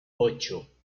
ocho